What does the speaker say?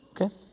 okay